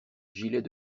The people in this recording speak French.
gilet